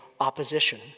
opposition